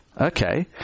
Okay